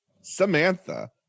Samantha